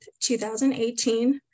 2018